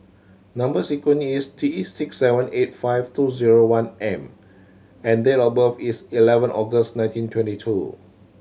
number sequence is T six seven eight five two zero one M and date of birth is eleven August nineteen twenty two